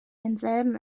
denselben